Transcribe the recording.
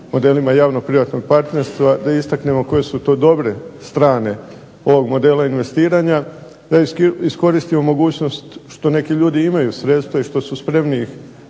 modelima javno privatnog partnerstva da istaknemo koje su to dobre strane ovog modela investiranja, da iskoristimo mogućnost što neki ljudi imaju sredstva i što su spremni ih